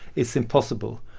it's impossible.